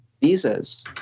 diseases